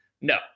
No